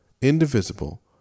indivisible